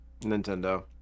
Nintendo